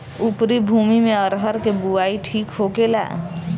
उपरी भूमी में अरहर के बुआई ठीक होखेला?